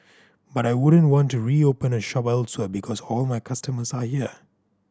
but I wouldn't want to reopen a shop elsewhere because all my customers are here